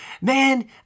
man